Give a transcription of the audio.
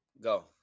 Go